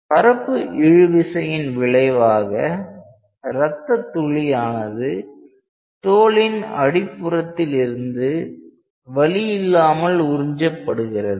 பரப்பு இழுவிசையின் விளைவாக ரத்தத் துளி ஆனது தோலின் அடி புறத்திலிருந்து வலியில்லாமல் உறிஞ்சப்படுகிறது